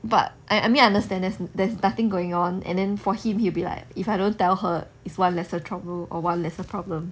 but I I mean I understand there's there's nothing going on and then for him he will be like if I don't tell her it's one lesser trouble or one lesser problem